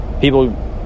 people